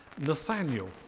Nathaniel